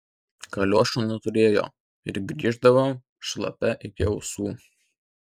kaliošų neturėjo ir grįždavo šlapia iki ausų